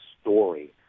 story